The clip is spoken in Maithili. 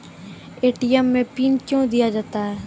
ए.टी.एम मे पिन कयो दिया जाता हैं?